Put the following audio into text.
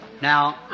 Now